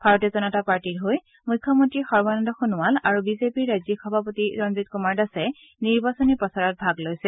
ভাৰতীয় জনতা পাৰ্টিৰ হৈ মুখ্যমন্ত্ৰী সৰ্বানন্দ সোণোৱাল আৰু বিজেপিৰ ৰাজ্যিক সভাপতি ৰঞ্জিত কুমাৰ দাসে নিৰ্বাচনী প্ৰচাৰত ভাগ লৈছে